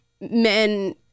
men